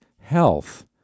health